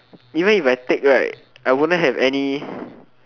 even if I take right I wouldn't have any